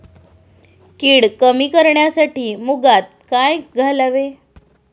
कीड कमी करण्यासाठी मुगात काय घालावे?